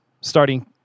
starting